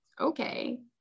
okay